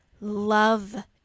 love